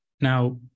Now